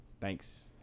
Thanks